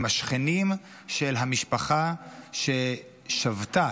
עם השכנים של המשפחה ששבתה,